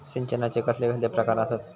सिंचनाचे कसले कसले प्रकार आसत?